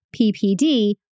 PPD